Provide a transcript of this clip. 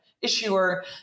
issuer